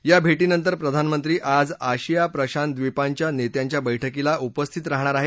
या भेटीनंतर प्रधानमंत्री आज आशिया प्रशांत द्वीपांच्या नेत्यांच्या बैठकीला उपस्थित राहणार आहेत